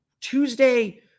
Tuesday